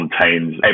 contains